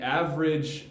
average